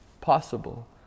possible